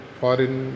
foreign